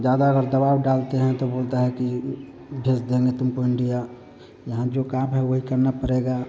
ज़्यादा अगर दबाव डालते हैं तो बोलता है कि भेज देंगे तुमको इण्डिया यहाँ जो काम है वही करना पड़ेगा